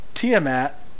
Tiamat